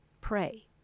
pray